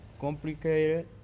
complicated